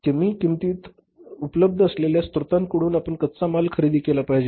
कमी किंमतीत उपलब्ध असलेल्या स्त्रोतांकडून आपण कच्चा माल खरेदी केला पाहिजे